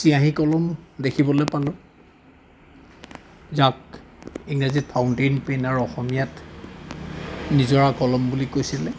চিয়াহী কলম দেখিবলৈ পালোঁ যাক ইংৰাজীত ফাউণ্টেইন পেন আৰু অসমীয়াত নিজৰা কলম বুলি কৈছিলে